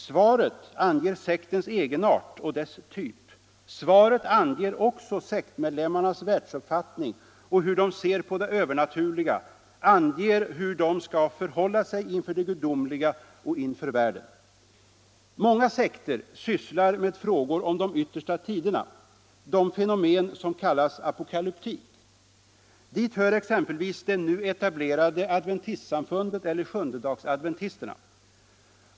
Svaret anger sektens egenart och dess typ. Svaret anger också sektmedlemmarnas världsuppfattning, hur de ser på det övernaturliga och anger hur de skall förhålla sig inför det gudomliga och inför världen. Många sekter sysslar med frågor om de yttersta tiderna, de fenomen som kallas apokalyptik. Dit hör exempelvis det nu etablerade Adventistsamfundet eller Sjundedagsadventisterna.